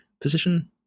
position